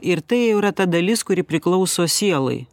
ir tai jau yra ta dalis kuri priklauso sielai